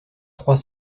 trois